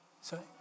Sorry